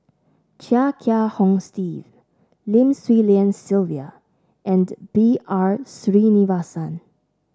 Chia Kiah Hong Steve Lim Swee Lian Sylvia and B R Sreenivasan